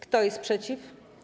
Kto jest przeciw?